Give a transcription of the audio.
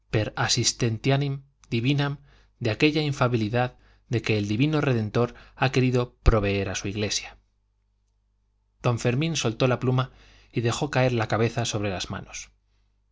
assistentiam divinam de aquella infalibilidad de que el divino redentor ha querido proveer a su iglesia don fermín soltó la pluma y dejó caer la cabeza sobre las manos